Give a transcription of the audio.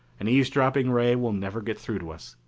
an eavesdropping ray will never get through to us.